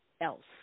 else